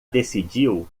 decidiu